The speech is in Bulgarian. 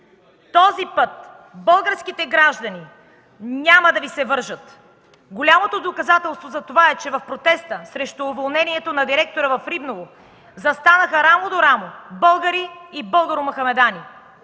Този път българските граждани няма да Ви се вържат. Голямото доказателство за това е, че в протеста срещу уволнението на директора в Рибново застанаха рамо до рамо българи и българо-мохамедани.